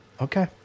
Okay